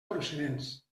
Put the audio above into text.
procedents